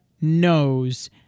knows